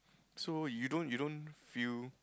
so you don't you don't feel